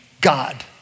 God